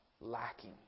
lacking